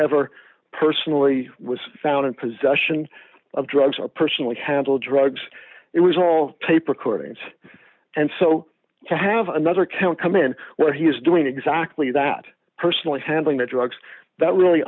ever personally was found in possession of drugs or personally handle drugs it was all tape recordings and so to have another account come in where he is doing exactly that personally handling the drugs that really